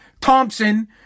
Thompson